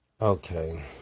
Okay